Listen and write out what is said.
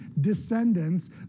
descendants